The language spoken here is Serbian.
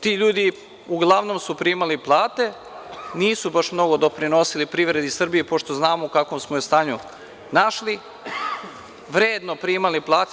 Ti ljudi uglavnom su primali plate, nisu baš mnogo doprinosili privredi Srbije, pošto znamo u kakvom smo je stanju našli, vredno primali plate.